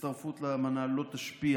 הצטרפות לאמנה לא תשפיע